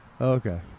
Okay